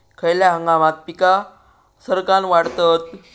खयल्या हंगामात पीका सरक्कान वाढतत?